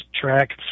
track